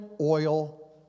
oil